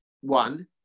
One